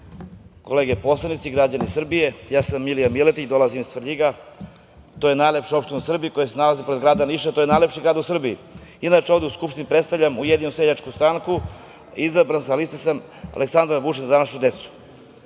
kolege poslanici, građani Srbije, ja sam Milija Miletić, dolazim iz Svrljiga. To je najlepša opština u Srbiji koja se nalazi pored grada Niša, koji je najlepši grad u Srbiji. Inače, ovde u Skupštini predstavljam Ujedinjenu seljačku stranku, izabran sa liste "Aleksandar Vučić - Za našu decu".Kao